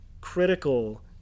critical